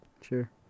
Sure